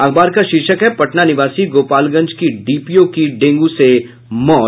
अखबार का शीर्षक है पटना निवासी गोपालगंज की डीपीओ की डेंगू से मौत